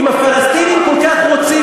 אם הפלסטינים כל כך רוצים,